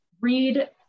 read